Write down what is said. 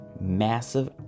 massive